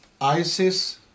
ISIS